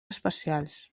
especials